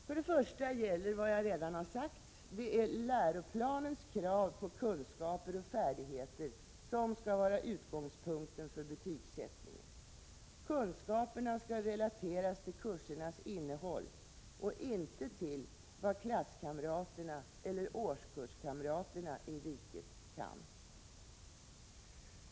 För det första gäller vad jag redan har sagt läroplanens krav på kunskaper och färdigheter skall vara utgångspunkten för betygsättningen. Kunskaperna skall relateras till kursernas innehåll och inte till vad klasskamraterna eller årskurskamraterna i riket kan.